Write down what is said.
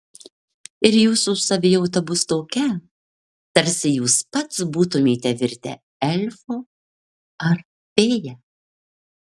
ir jūsų savijauta bus tokia tarsi jūs pats būtumėte virtę elfu ar fėja